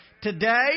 today